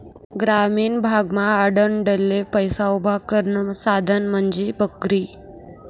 ग्रामीण भागमा आडनडले पैसा उभा करानं साधन म्हंजी बकरी